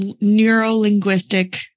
neuro-linguistic